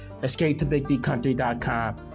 EscapeToBigDcountry.com